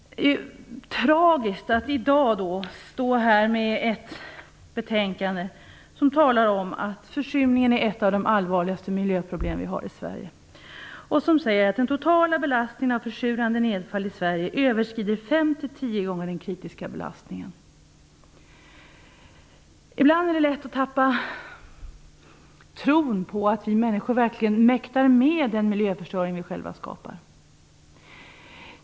Det är tragiskt att i dag stå här med ett betänkande i vilket det talas om att försurningen är ett av de allvarligaste miljöproblem som vi har i Sverige och i vilket det sägs att den totala belastningen av försurande nedfall i Sverige överskrider den kritiska belastningen fem till tio gånger. Ibland är det lätt att tappa tron på att vi människor verkligen mäktar med den miljöförstöring vi själva skapar.